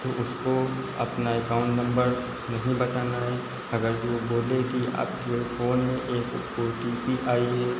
तो उसको अपना एकाउन्ट नंबर नहीं बताना है अगर जो वह बोले कि आपके फ़ोन में एक ओ टी पी आई है